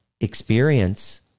experience